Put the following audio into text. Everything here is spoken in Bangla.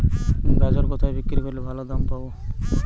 গাজর কোথায় বিক্রি করলে ভালো দাম পাব?